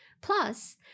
Plus